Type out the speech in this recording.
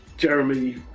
Jeremy